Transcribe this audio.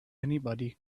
anybody